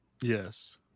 Yes